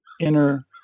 inner